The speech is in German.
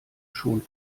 schon